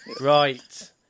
right